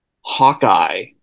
Hawkeye